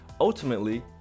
Ultimately